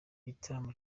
gitaramo